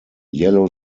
yellow